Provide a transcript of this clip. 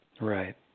Right